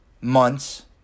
months